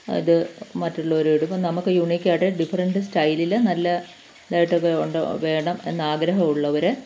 അത് മറ്റുള്ളവരിടുന്നു നമുക്ക് യുണീക്കായിട്ട് ഡിഫറെൻറ്റ് സ്റ്റൈലിൽ നല്ല ഇതായിട്ടൊക്കെ ഉണ്ട് വേണം എന്നാഗ്രഹമുള്ളവർ